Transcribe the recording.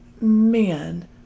man